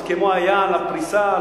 הסכם-וואי היה על הפריסה,